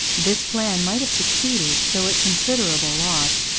this plan might have succeeded, though at considerable loss,